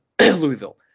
Louisville